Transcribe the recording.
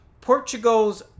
Portugal's